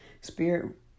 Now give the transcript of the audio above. spirit